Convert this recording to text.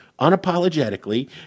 unapologetically